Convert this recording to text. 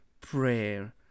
prayer